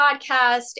podcast